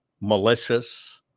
malicious